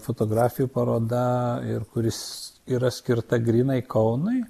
fotografijų paroda ir kuris yra skirta grynai kaunui